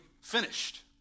finished